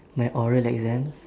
my oral exams